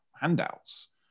handouts